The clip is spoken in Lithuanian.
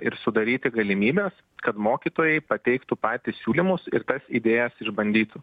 ir sudaryti galimybes kad mokytojai pateiktų patys siūlymus ir tas idėjas išbandytų